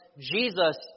Jesus